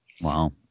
Wow